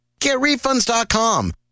GetRefunds.com